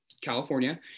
California